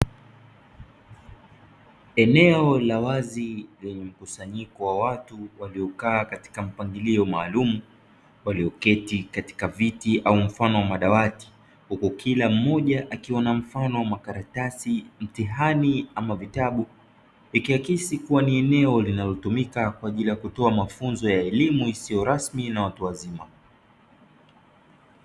Eneo la wazi lenye mkusanyiko wa watu waliokaa katika mpangilio maalumu walioketi katika viti au mfano wa madawati huku kila mmoja akiwa na mfano wa makaratasi, mtihani ama vitabu ikiakisi kua ni eneo linalotumika kwa ajili ya kutoa mafunzo ya elimu isiyo rasmi na watu wazima.